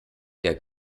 der